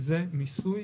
זה מיסוי